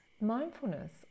Mindfulness